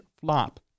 flop